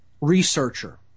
researcher